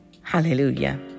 Hallelujah